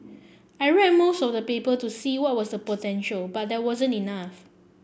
I read most of the paper to see what was the potential but there wasn't enough